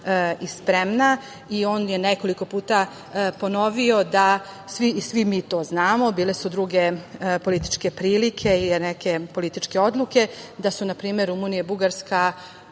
i spremna. On je nekoliko puta ponovio, i svi mi to znamo, bile su druge političke prilike i neke političke odluke, da su, na primer, Rumunija i Bugarska